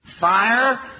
Fire